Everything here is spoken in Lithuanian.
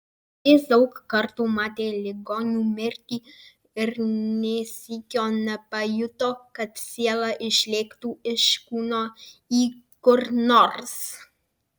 jis daug kartų matė ligonių mirtį ir nė sykio nepajuto kad siela išlėktų iš kūno į kur nors